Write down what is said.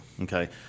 Okay